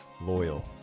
Loyal